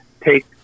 take